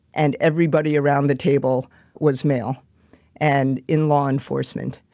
and everybody around the table was male and in law enforcement,